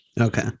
okay